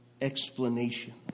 explanation